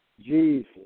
Jesus